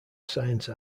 science